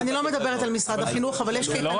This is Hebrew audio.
אני לא מדברת על משרד החינוך אבל יש קייטנה